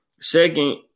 Second